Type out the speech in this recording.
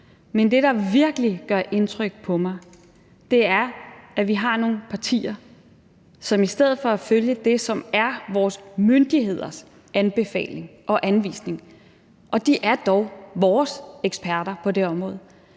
men det, der virkelig gør indtryk på mig, er, at vi har nogle partier, som i stedet for at følge det, som er vores myndigheders anbefaling og anvisning, og de er dog vores eksperter på det område,